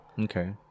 Okay